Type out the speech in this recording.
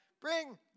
Bring